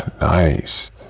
Nice